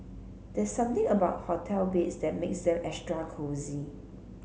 there's something about hotel beds that makes them extra cosy